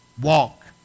walk